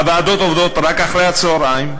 הוועדות עובדות רק אחר הצהריים.